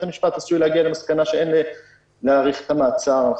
המשפט עשוי להגיע למסקנה שאין להאריך את המעצר.